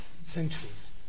centuries